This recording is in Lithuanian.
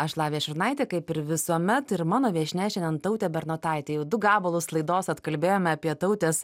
aš lavija šurnaitė kaip ir visuomet ir mano viešnia šiandien tautė bernotaitė jau du gabalus laidos atkalbėjome apie tautės